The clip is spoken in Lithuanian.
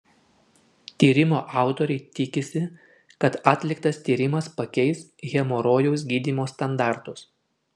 tyrimo autoriai tikisi kad atliktas tyrimas pakeis hemorojaus gydymo standartus